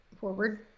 forward